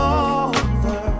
over